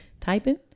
typing